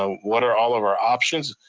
what are all of our options?